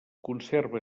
conserva